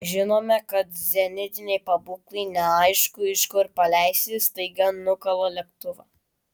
žinome kad zenitiniai pabūklai neaišku iš kur paleisti staiga nukala lėktuvą